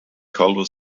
culver